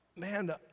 Man